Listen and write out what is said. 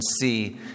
see